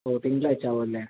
ഓ തിങ്കളാഴ്ച ആവും അല്ലെ